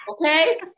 okay